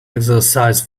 exercise